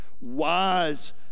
Wise